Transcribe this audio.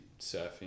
surfing